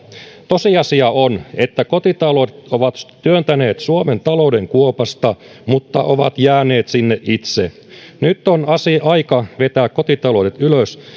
tosiasia on että kotitaloudet ovat työntäneet suomen talouden kuopasta mutta ovat jääneet sinne itse nyt on aika vetää kotitaloudet ylös